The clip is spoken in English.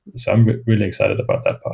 so i'm really excited about that part.